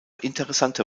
interessante